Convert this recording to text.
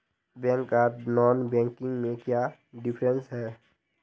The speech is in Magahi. बैंक आर नॉन बैंकिंग में क्याँ डिफरेंस है?